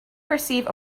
perceive